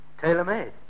tailor-made